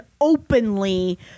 openly